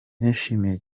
nishimye